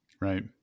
Right